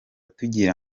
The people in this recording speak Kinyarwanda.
tugira